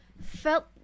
felt